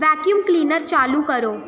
vacuum cleaner चालू करो